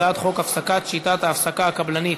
הצעת חוק הפסקת שיטת ההעסקה הקבלנית,